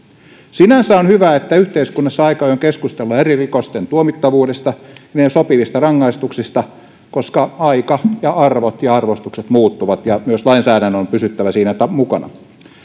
sinänsä on hyvä että yhteiskunnassa aika ajoin keskustellaan eri rikosten tuomittavuudesta niiden sopivista rangaistuksista koska aika ja arvot ja arvostukset muuttuvat ja myös lainsäädännön on pysyttävä siinä mukana